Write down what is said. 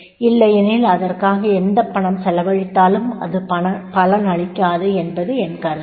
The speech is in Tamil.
இல்லையெனில் அதற்காக எந்தப் பணம் செலவழித்தாலும் அது பலனளிக்காது என்பது என் கருத்து